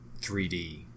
3D